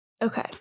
okay